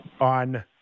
on